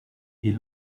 est